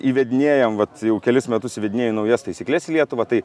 įvedinėjam vat jau kelis metus vidinėju naujas taisykles į lietuvą tai